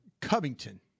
Covington